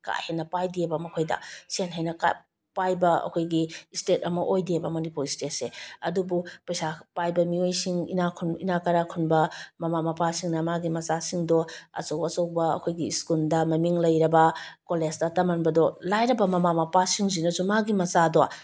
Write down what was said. ꯀꯥꯍꯦꯟꯅ ꯄꯥꯏꯗꯦꯕ ꯃꯈꯣꯏꯗ ꯁꯦꯟ ꯍꯦꯟꯅ ꯄꯥꯏꯕ ꯑꯩꯈꯣꯏꯒꯤ ꯏꯁꯇꯦꯠ ꯑꯃ ꯑꯣꯏꯗꯦꯕ ꯃꯅꯤꯄꯨꯔ ꯏꯁꯇꯦꯠꯁꯦ ꯑꯗꯨꯕꯨ ꯄꯩꯁꯥ ꯄꯥꯏꯕ ꯃꯤꯑꯣꯏꯁꯤꯡ ꯏꯅꯥꯛ ꯏꯅꯥꯛ ꯀꯥꯏꯔꯥꯛ ꯈꯨꯟꯕ ꯃꯃꯥ ꯃꯄꯥꯁꯤꯡꯅ ꯃꯥꯒꯤ ꯃꯆꯥꯁꯤꯡꯗꯣ ꯑꯆꯧ ꯑꯆꯧꯕ ꯑꯩꯈꯣꯏꯒꯤ ꯁ꯭ꯀꯨꯜꯗ ꯃꯃꯤꯡ ꯂꯩꯔꯕ ꯀꯣꯂꯦꯖꯇ ꯇꯝꯍꯟꯕꯗꯣ ꯂꯥꯏꯔꯕ ꯃꯃꯥ ꯃꯄꯥꯁꯤꯡꯁꯤꯅꯁꯨ ꯃꯥꯒꯤ ꯃꯆꯥꯗꯣ